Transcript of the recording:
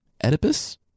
Oedipus